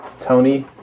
Tony